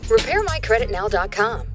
RepairMyCreditNow.com